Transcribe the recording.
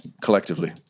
collectively